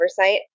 oversight